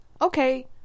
okay